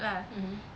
mmhmm